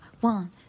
One